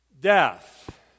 Death